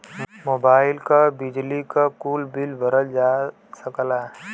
mobile क, बिजली क, कुल बिल भरल जा सकला